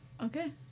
Okay